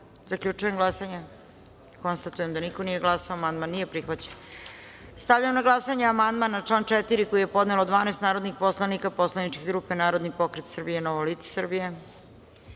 Srbije. Zaključujem glasanje. Konstatujem da niko nije glasao. Amandman nije prihvaćen. Stavljam na glasanje amandman na član 5. koji je podnelo 12 narodnih poslanika poslaničke grupe Narodni pokret Srbije - Novo lice